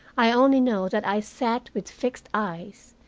i only know that i sat with fixed eyes,